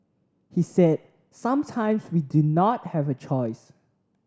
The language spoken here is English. he said sometimes we do not have a choice